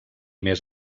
més